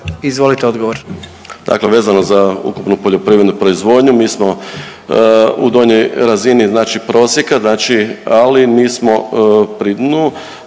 **Majdak, Tugomir** Dakle, vezano za ukupnu poljoprivrednu proizvodnju mi smo u donjoj razini, znači prosjeka, znači ali nismo pri dnu.